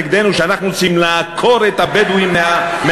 אז עלתה מישהי מכם וטענה כנגדנו שאנחנו רוצים לעקור את הבדואים מהקרקע.